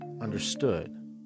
understood